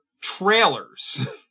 trailers